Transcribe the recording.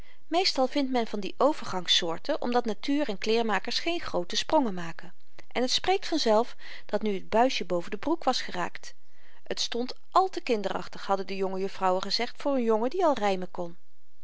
meest al vindt men van die overgangs soorten omdat natuur en kleêrmakers geen groote sprongen doen en t spreekt vanzelf dat nu t buisje boven den broek was geraakt t stond àl te kinderachtig hadden de jonge jufvrouwen gezegd voor n jongen die al rymen kon